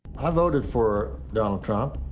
i voted for donald trump.